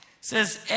says